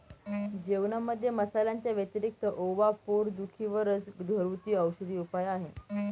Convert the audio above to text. जेवणामध्ये मसाल्यांच्या व्यतिरिक्त ओवा पोट दुखी वर चा घरगुती औषधी उपाय आहे